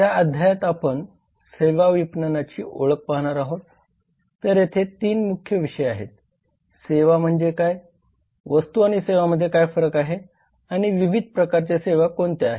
या अध्यायात आपण सेवा विपणनाची ओळख पाहणार आहोत तर तेथे ३ मुख्य विषय आहेत सेवा म्हणजे काय वस्तू आणि सेवांमध्ये काय फरक आहे आणि विविध प्रकारच्या सेवा कोणत्या आहेत